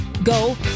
Go